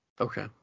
okay